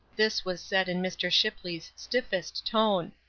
this was said in mr. shipley's stiffest tone.